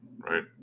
Right